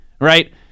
right